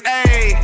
ayy